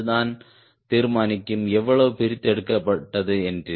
அது தான் தீர்மானிக்கும் எவ்வளவு பிரித்தெடுக்கப்பட்டது என்று